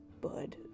Bud